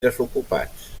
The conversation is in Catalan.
desocupats